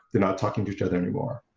they're not talking to each other anymore.